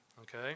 okay